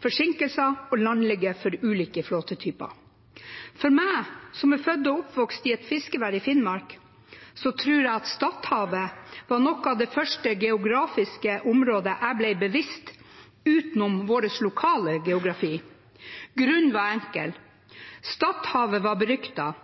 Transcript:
forsinkelser og landligge for ulike flåtetyper. For meg som er født og oppvokst i et fiskevær i Finnmark, var Stadhavet et av de første geografiske områdene jeg ble bevisst, utenom vår lokale geografi. Grunnen var enkel: Stadhavet var beryktet